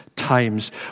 times